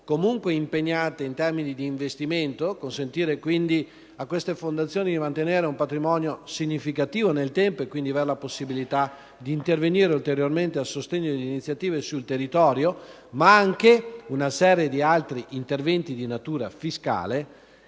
comunque impegnate in termini di investimento per consentire a tali fondazioni di mantenere un patrimonio significativo nel tempo e quindi avere la possibilità di intervenire ulteriormente a sostegno di iniziative sul territorio, ma anche una serie di altri interventi di natura fiscale